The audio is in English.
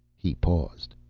he paused.